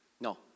no